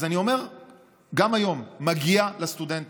אז אני אומר גם היום: מגיע לסטודנטים,